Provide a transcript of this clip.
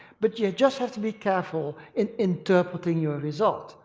but you just have to be careful in interpreting your result.